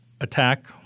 attack